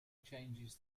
changes